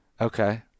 okay